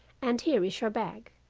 and here is your bag.